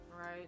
right